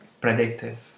predictive